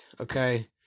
Okay